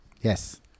Yes